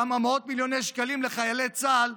כמה מאות מיליוני שקלים לחיילי צה"ל,